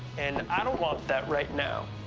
and i don't want that right now.